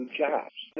jobs